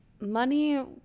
money